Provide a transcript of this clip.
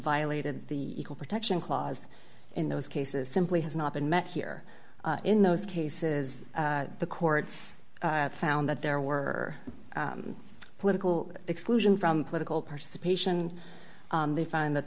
violated the equal protection clause in those cases simply has not been met here in those cases the court found that there were political exclusion from political participation they find that